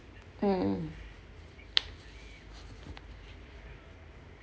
mm